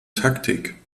taktik